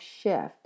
shift